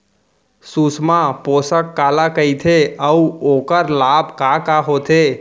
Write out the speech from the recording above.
सुषमा पोसक काला कइथे अऊ ओखर लाभ का का होथे?